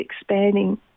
expanding